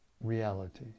reality